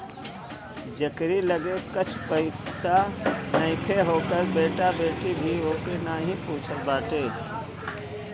जेकरी लगे कुछु पईसा नईखे ओकर बेटा बेटी भी ओके नाही पूछत बाटे